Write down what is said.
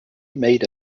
made